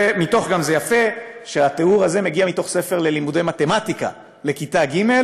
זה גם יפה שהתיאור הזה מגיע מתוך ספר ללימודי מתמטיקה לכיתה ג',